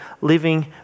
living